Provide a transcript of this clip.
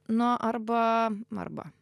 nu arba arba